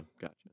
gotcha